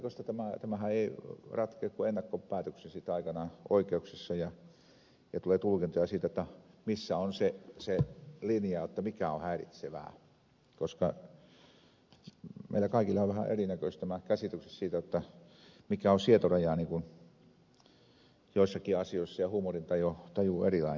todennäköisesti tämähän ei ratkea kuin ennakkopäätöksellä sitten aikanaan oikeuksissa ja tulee tulkintoja siitä missä on se linja mikä on häiritsevää koska meillä kaikilla on vähän erinäköiset käsitykset siitä mikä on sietoraja joissakin asioissa ja huumorintaju erilainen